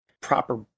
proper